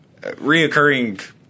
reoccurring